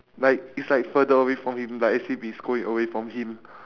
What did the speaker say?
like it's like further away from him like as if it's going away from him